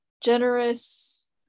generous